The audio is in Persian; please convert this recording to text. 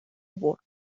برد